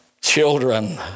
children